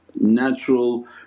natural